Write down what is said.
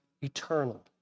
eternal